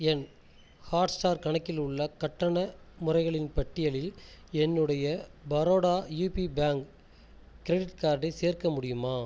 என் Hotstar கணக்கில் உள்ள கட்டண முறைகளின் பட்டியலில் என்னுடைய பரோடா யூபி பேங்க் கிரெடிட் கார்டை சேர்க்க முடியுமா